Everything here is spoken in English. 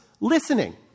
listening